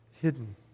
Hidden